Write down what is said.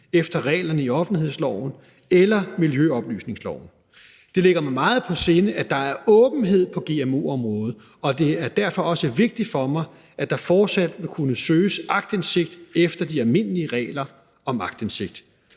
efter reglerne i offentlighedsloven eller i miljøoplysningsloven. Det ligger mig meget på sinde, at der er åbenhed på gmo-området, og det er derfor også vigtigt for mig, at der fortsat vil kunne søges aktindsigt efter de almindelige regler om aktindsigt.